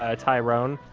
ah tyrone.